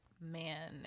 man